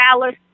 dallas